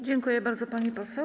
Dziękuję bardzo, pani poseł.